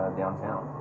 downtown